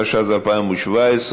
התשע"ז 2017,